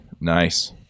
Nice